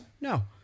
No